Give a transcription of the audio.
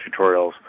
tutorials